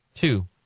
Two